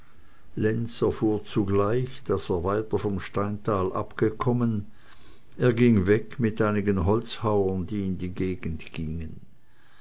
lenz erfuhr zugleich daß er weiter vom steintal abgekommen er ging weg mit einigen holzhauern die in die gegend gingen